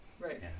Right